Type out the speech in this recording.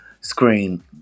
screen